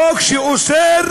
חוק שאוסר